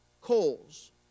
coals